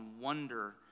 wonder